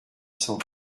cent